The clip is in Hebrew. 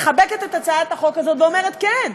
מחבקת את הצעת החוק הזאת ואומרת: כן,